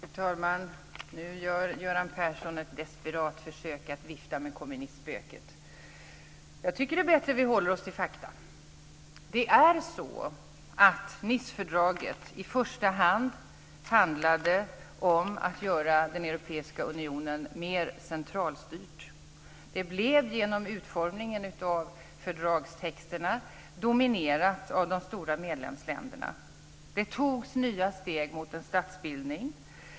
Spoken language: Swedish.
Fru talman! Nu gör Göran Persson ett desperat försök att vifta med kommunistspöket. Jag tycker att det är bättre att vi håller oss till fakta. Nicefördraget handlade i första hand om att göra den europeiska unionen mer centralstyrd. Genom utformningen av fördragstexternas blev det dominerat av de stora medlemsländerna. Det togs nya steg mot en statsbildning.